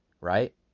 right